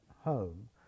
home